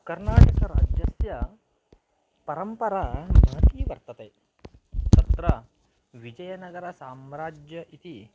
कर्नाटकराज्यस्य परम्परा महती वर्तते तत्र विजयनगरसाम्राज्यम् इति